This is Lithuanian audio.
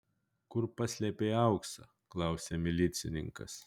kur paslėpei auksą klausia milicininkas